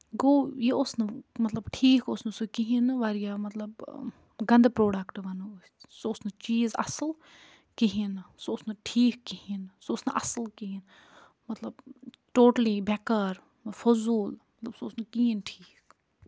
گوٚو یہِ اوس نہٕ مطلب ٹھیٖک اوس نہٕ سُہ کِہیٖنٛۍ نہٕ واریاہ مطلب گَنٛدٕ پرٛوڈکٹہٕ ونو أسۍ سُہ اوس نہٕ چیٖز اَصٕل کِہیٖنٛۍ نہٕ سُہ اوس نہٕ ٹھیٖک کِہیٖنٛۍ سُہ اوس نہٕ اَصٕل کِہیٖنٛۍ مطلب ٹوٹلِی بیکار فضوٗل مطلب سُہ اوس نہٕ کِہیٖنٛۍ ٹھیٖک